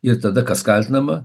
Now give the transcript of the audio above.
ir tada kas kaltinama